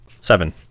Seven